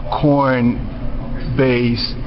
corn-based